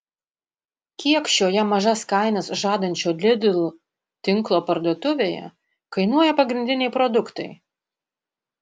kiek šioje mažas kainas žadančio lidl tinklo parduotuvėje kainuoja pagrindiniai produktai